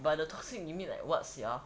but the toxic you mean like what sia